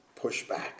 pushback